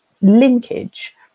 linkage